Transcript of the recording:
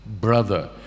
brother